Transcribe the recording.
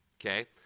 okay